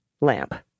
lamp